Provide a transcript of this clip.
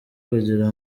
kugira